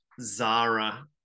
Zara